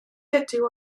ydyw